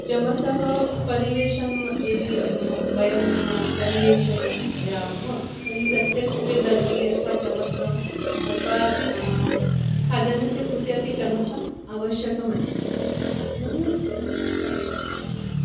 चमसः परिवेषणं यदि वयं परिवेषयामः तर्हि तस्य कृते दर्वी अथवा चमसः अथवा खादनस्य कृते अपि चमसः आवश्यकः अस्ति बहु